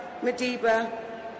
Madiba